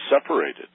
separated